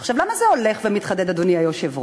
עכשיו, למה זה הולך ומתחדד, אדוני היושב-ראש?